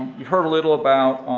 you've heard a little about